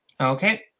Okay